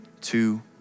two